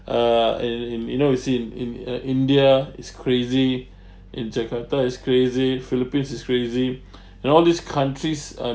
uh in in you know you see in in uh india it's crazy in jakarta it's crazy philippines it's crazy and all these countries